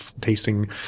tasting